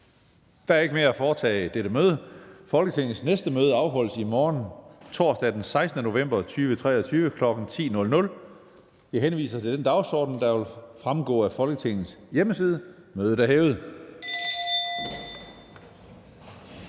Der er ikke mere at foretage i dette møde. Folketingets næste møde afholdes i morgen, torsdag den 16. november 2023, kl. 10.00. Jeg henviser til den dagsorden, der vil fremgå af Folketingets hjemmeside. Mødet er hævet.